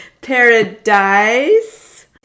Paradise